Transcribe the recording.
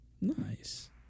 nice